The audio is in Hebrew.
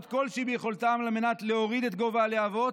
כל שביכולתם על מנת להוריד את גובה הלהבות,